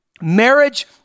Marriage